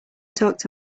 talked